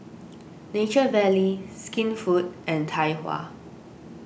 Nature Valley Skinfood and Tai Hua